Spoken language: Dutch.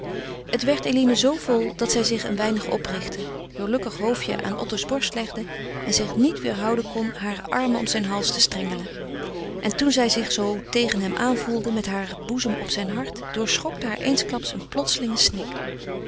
het werd eline zoo vol dat zij zich een weinig oprichtte heur lokkig hoofdje aan otto's borst legde en zich niet weêrhouden kon hare armen om zijn hals te strengelen en toen zij zich zoo tegen hem aan voelde met haar boezem op zijn hart doorschokte haar eensklaps een plotselinge snik